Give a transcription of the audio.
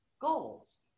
goals